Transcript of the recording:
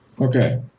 okay